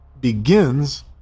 begins